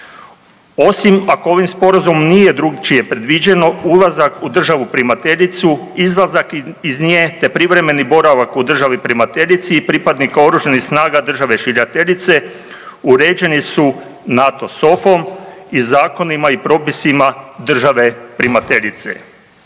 Osim ako ovim Sporazumom nije drukčije predviđeno, ulazak u državu primateljicu, izlazak iz nje te privremeni boravak u državi primateljici i pripadnika OS-a države šiljateljice, uređeni su NATO SOFA-om i zakonima i propisima države primateljice.